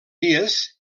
dies